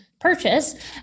purchase